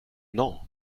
non